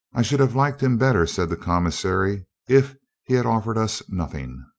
i should have liked him better, said the com missary, if he had offered us nothing.